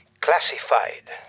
classified